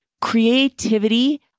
Creativity